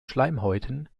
schleimhäuten